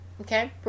okay